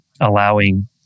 allowing